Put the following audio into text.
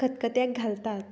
खतखत्याक घालतात